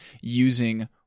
using